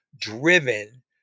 driven